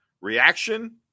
reaction